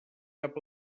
cap